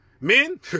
Men